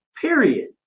period